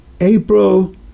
April